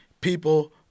people